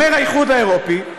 אומר האיחוד האירופי: